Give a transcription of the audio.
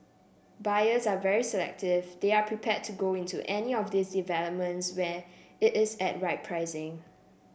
buyers are very selective they are prepared to go into any of those developments where it is at right pricing